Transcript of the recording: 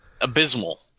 abysmal